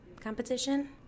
competition